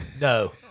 No